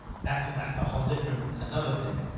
that's a, that's a whole different, another thing.